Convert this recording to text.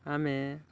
ଆମେ